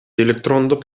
электрондук